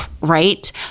right